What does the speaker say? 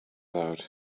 out